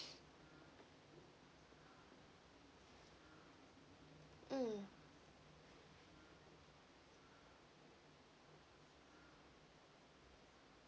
mm